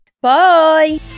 bye